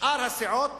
שאר הסיעות